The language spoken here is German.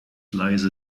leise